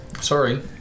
Sorry